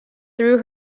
through